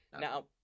Now